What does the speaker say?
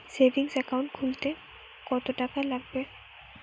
Savings account খুলতে কতটাকা লাগবে?